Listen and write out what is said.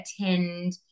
attend